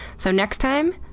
so next time,